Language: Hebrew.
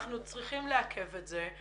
אנחנו צריכים לעכב את זה,